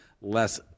less